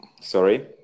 Sorry